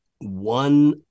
one